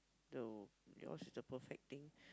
though yours is the perfect thing